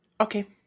Okay